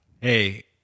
Hey